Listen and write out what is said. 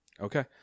Okay